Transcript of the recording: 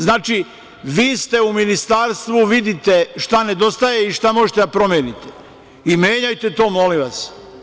Znači, vi ste u ministarstvu, vidite šta nedostaje i šta možete da promenite i menjajte to, molim vas.